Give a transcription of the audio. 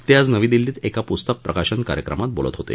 ते आज नवी दिल्लीत एका पुस्तक प्रकाशन कार्यक्रमात बोलत होते